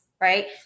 Right